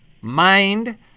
mind